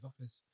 office